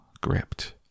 gripped